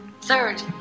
Third